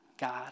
God